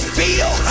feel